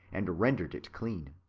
and rendered it clean.